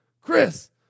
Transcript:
Chris